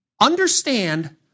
Understand